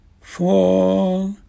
Fall